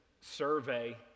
survey